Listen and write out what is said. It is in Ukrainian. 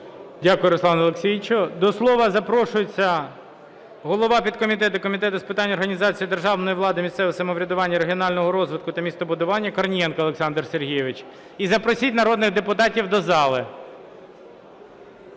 Дякую Руслан Олексійович. До слова запрошується голова підкомітету Комітету з питань організації державної влади, місцевого самоврядування, регіонального розвитку та містобудування Корнієнко Олександр Сергійович. І запросіть народних депутатів до зали.